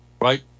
Right